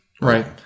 Right